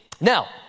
Now